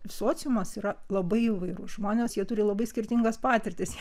sociumas yra labai įvairūs žmonės jie turi labai skirtingas patirtis